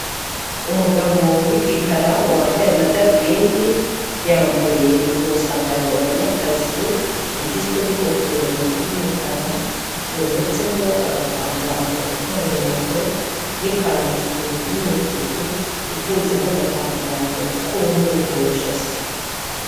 Umugabo w'igikara wambaye amadarubindi yambaye impuzankano y'akazi igizwe n'ingofero y'umukara yometseho agatambaro k'umuhondo n'ikanzu y'umutuku ifunzeho agatambaro k'umweru mu ijosi.